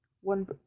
one